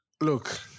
Look